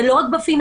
זה לא רק בפיננסים.